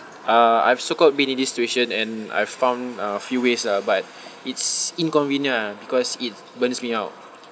uh I've so called been in this situation and I found a few ways lah but it's inconvenient ah because it burns me out